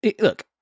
look